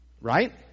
Right